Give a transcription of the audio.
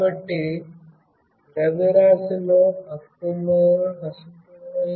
కాబట్టి ద్రవ్యరాశిలో అసమతుల్యత ఉంది